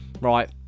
right